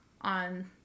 on